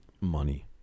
money